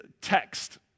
text